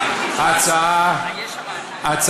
אוקיי.